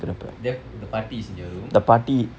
then the paati is in your room